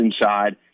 inside